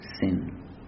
sin